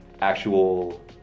actual